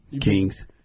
Kings